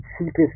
cheapest